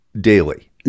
daily